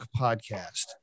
podcast